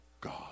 God